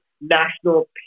national